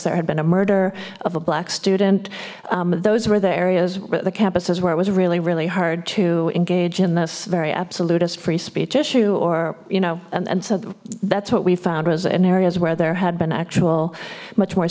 there had been a murder of a black student those were the areas where the campuses where it was really really hard to engage in this very absolutist free speech issue or you know and and so that's what we found was in areas where there had been actual much more